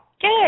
Good